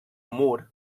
amur